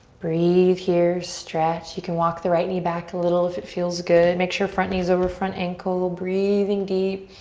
breathe here, stretch. you can walk the right knee back a little if it feels good. make sure front knee's over front ankle. breathing deep.